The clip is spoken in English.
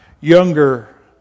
younger